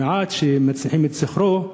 המעט שמנציחים את זכרו,